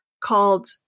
called